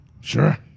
Sure